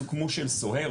הוא כמו של סוהר,